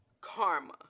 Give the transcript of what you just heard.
karma